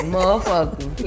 Motherfucker